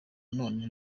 none